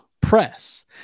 press